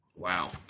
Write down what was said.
Wow